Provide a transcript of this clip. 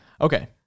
Okay